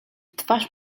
twarz